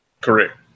Correct